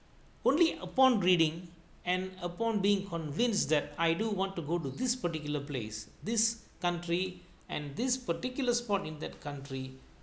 only upon reading and upon being convinced that I do want to go to this particular place this country and this particular spot in that country